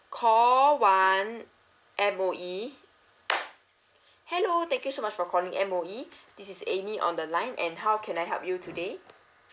call one M_O_E hello thank you so much for calling M_O_E this is amy on the line and how can I help you today